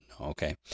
Okay